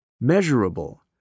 Measurable